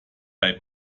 bei